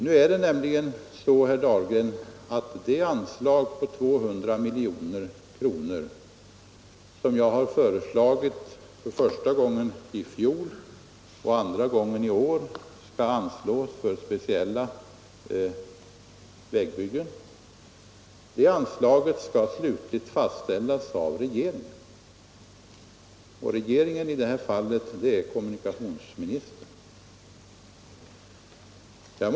Nej, det är så, herr Dahlgren, att det anslag på 200 milj.kr. som jag föreslagit första gången i fjol och andra gången i år för speciella vägbyggen skall slutligt fastställas av regeringen. Och regeringen är i detta fall kommunikationsministern.